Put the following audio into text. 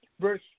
verse